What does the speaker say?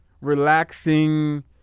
relaxing